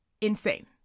insane